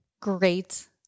Great